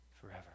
forever